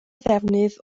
ddefnydd